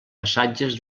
passatges